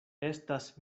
estas